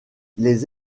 les